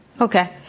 Okay